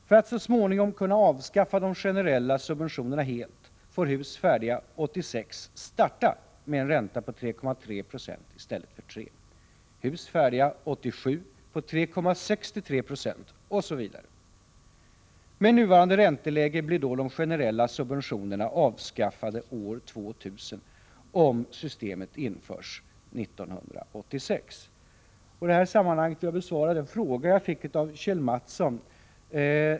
För att man så småningom skall kunna avskaffa de generella subventionerna helt får hus färdiga 1986 starta med en ränta på 3,3 Zo i stället för 3 90, hus färdiga 1987 med en ränta på 3,63 70 osv. Med nuvarande ränteläge blir då de generella subventionerna avskaffade år 2000 om systemet införs 1986. Jag vill i det här sammanhanget besvara den fråga jag fick av Kjell Mattsson.